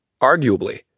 Arguably